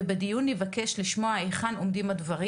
ובדיון נבקש לשמוע היכן עומדים הדברים.